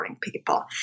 people